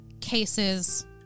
cases